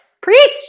Preach